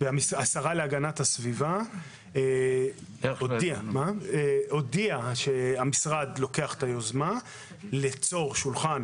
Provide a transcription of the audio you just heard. השרה להגנת הסביבה הודיעה שהמשרד לוקח את היוזמה ליצור שולחן